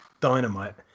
dynamite